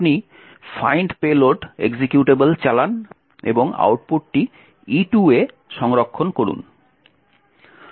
আপনি find payload executable চালান এবং আউটপুটটি E2 এ সংরক্ষণ করুন